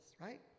right